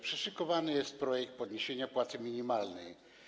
Przyszykowany jest projekt podniesienia płacy minimalnej.